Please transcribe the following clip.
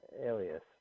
alias